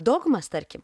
dogmas tarkim